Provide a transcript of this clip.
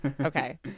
Okay